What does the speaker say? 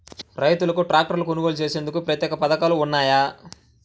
రైతులకు ట్రాక్టర్లు కొనుగోలు చేసేందుకు ప్రత్యేక పథకాలు ఉన్నాయా?